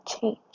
change